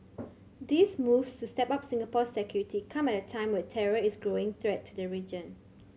these moves to step up Singapore's security come at a time when terror is a growing threat to the region